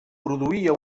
produïa